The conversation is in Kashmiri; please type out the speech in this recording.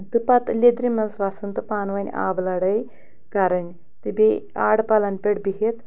تہٕ پَتہٕ لیٚدرِ منٛز وَسُن تہٕ پانہٕ ؤنۍ آبہٕ لَڑٲے کَرٕنۍ تہٕ بیٚیہِ آرٕ پَلَن پٮ۪ٹھ بِہِتھ